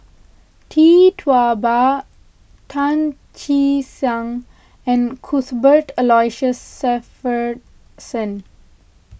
Tee Tua Ba Tan Che Sang and Cuthbert Aloysius Shepherd Sen